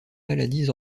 maladies